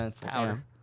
power